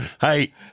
Hey